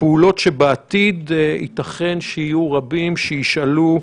פעולות שבעתיד ייתכן שיהיו רבים שישאלו: